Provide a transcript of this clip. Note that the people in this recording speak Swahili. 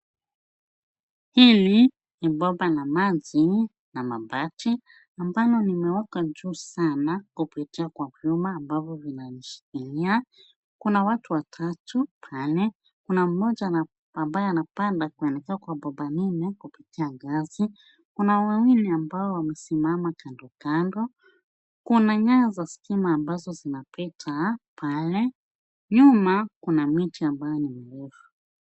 Hili ni bomba la maji la maji la mabati ambalo limeekwa juu sana kupitia kwa vyuma ambavyo vinaishikilia. Kuna watu watatu pale. Kuna moja ambaye anapanda kuelekea kwenye bomba lile kupitia ngazi. Kuna wawili ambao wamesimama kandokando. Kuna nyaya za stima ambazo zinapita pale. Nyuma kuna miti ambayo ni mirefu.